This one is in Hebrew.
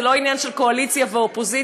זה לא עניין של קואליציה ואופוזיציה.